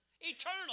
eternal